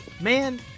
Man